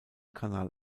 kanal